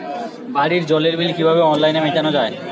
বাড়ির জলের বিল কিভাবে অনলাইনে মেটানো যায়?